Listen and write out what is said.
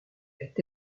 est